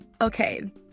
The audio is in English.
Okay